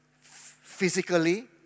physically